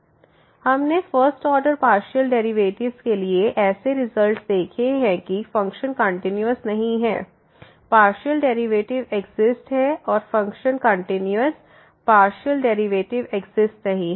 fxyx3y3x yx≠y 0 हमने first order partial derivatives के लिए ऐसे रिजल्ट देखे हैं कि फंक्शन कंटीन्यूअस नहीं है पार्शियल डेरिवेटिव एक्सिस्ट है और function continuous partial derivative exist नहीं है